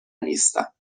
نیستم